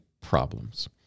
problems